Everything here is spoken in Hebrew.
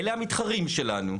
אלו המתחרים שלנו.